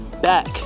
back